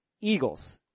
Eagles